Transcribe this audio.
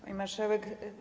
Pani Marszałek!